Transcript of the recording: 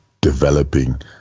developing